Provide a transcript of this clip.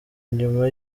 nyuma